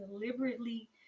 deliberately